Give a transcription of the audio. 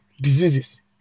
diseases